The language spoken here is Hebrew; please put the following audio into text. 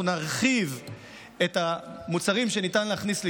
נרחיב את המוצרים שניתן להכניס לישראל,